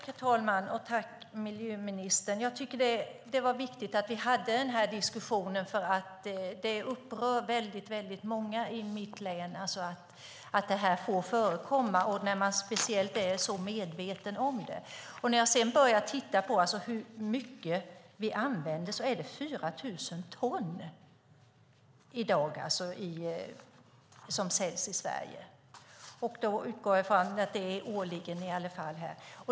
Herr talman! Tack, miljöministern! Det var viktigt att vi hade den här diskussionen. Det upprör väldigt många i mitt län att det här får förekomma, speciellt eftersom man är så medveten om det. Jag har tittat på hur mycket vi använder. Det säljs 4 000 ton i Sverige i dag. Jag utgår ifrån att det är årligen.